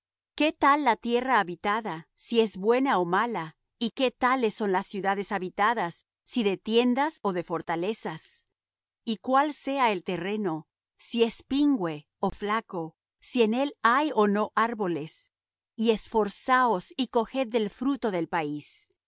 qué tal la tierra habitada si es buena ó mala y qué tales son las ciudades habitadas si de tiendas ó de fortalezas y cuál sea el terreno si es pingüe ó flaco si en él hay ó no árboles y esforzaos y coged del fruto del país